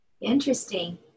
Interesting